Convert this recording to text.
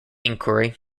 inquiry